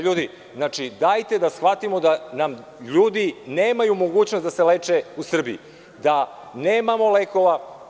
Ljudi, dajte da shvatimo da nam ljudi nemaju mogućnost da se leče u Srbiji, da nemamo lekova.